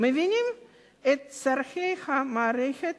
מבינים את צורכי המערכת